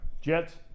Jets